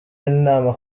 inama